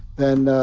then